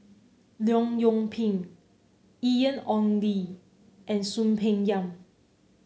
Leong Yoon Pin Ian Ong Li and Soon Peng Yam